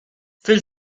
fil